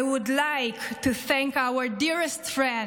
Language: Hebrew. I would like to thank our dearest friend.